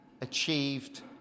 achieved